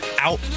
out